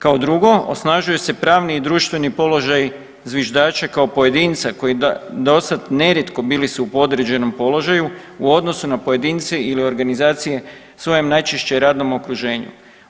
Kao drugo, osnažuje se pravni i društveni položaj zviždača kao pojedinca, koji dosad nerijetko bili su u podređenom položaju, u odnosu na pojedince ili organizacije svojem najčešće radnom okruženju.